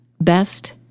best